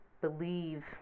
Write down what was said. believe